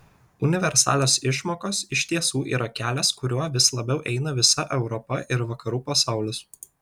universalios išmokos iš tiesų yra kelias kuriuo vis labiau eina visa europa ir vakarų pasaulis